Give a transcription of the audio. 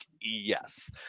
yes